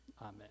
amen